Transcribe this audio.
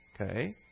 okay